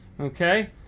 Okay